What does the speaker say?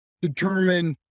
determine